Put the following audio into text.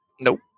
Nope